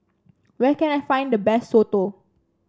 where can I find the best Soto